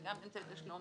וגם אמצעי תשלום